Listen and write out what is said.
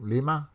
Lima